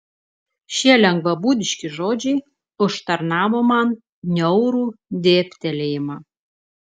šie lengvabūdiški žodžiai užtarnavo man niaurų dėbtelėjimą